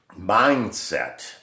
mindset